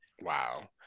Wow